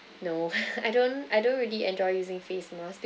no I don't I don't really enjoy using face mask